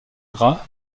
gras